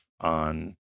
on